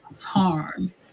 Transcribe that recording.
harm